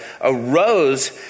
arose